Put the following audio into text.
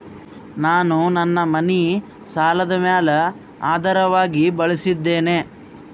ನಾನು ನನ್ನ ಮನಿ ಸಾಲದ ಮ್ಯಾಲ ಆಧಾರವಾಗಿ ಬಳಸಿದ್ದೇನೆ